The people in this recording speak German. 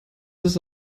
ist